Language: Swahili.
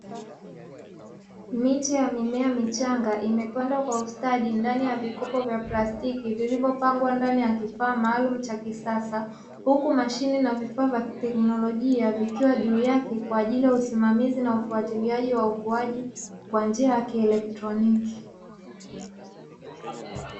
Miche ya mimea michanga imepandwa kwa ustadi ndani ya vikopo vya plastiki vilivyopangwa ndani ya kifaa maalumu cha kisasa, huku mashine na vifaa vya kiteknolojia vikiwa huu yake kwa ajili ya usimamizi na ufuatiliaji wa ukuaji kwa njia ya kielektroniki.